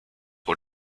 for